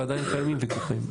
ועדיין קיימים ויכוחים.